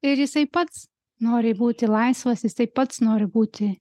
ir jisai pats nori būti laisvas jisai pats nori būti